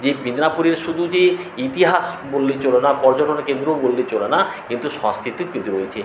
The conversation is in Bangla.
যে মেদিনীপুরে শুধু যে ইতিহাস বললে চলে না পর্যটন কেন্দ্রও বললে চলে না কিন্তু সংস্কৃতিও কিন্তু রয়েছে